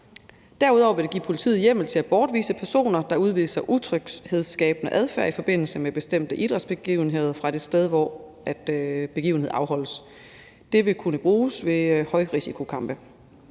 Derudover vil det give politiet hjemmel til at bortvise personer, der udviser utryghedsskabende adfærd i forbindelse med bestemte idrætsbegivenheder, fra det sted, hvor begivenheden afholdes. Det vil kunne bruges ved højrisikokampe.